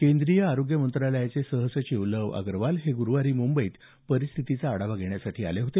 केंद्रीय आरोग्य मंत्रालयाचे सहसचिव लव अग्रवाल हे गुरुवारी मुंबईत परिस्थितीचा आढावा घेण्यासाठी आले होते